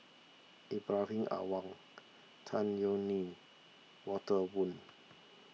Ibrahim Awang Tan Yeok Nee Walter Woon